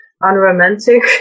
unromantic